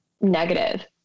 negative